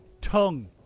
Tongue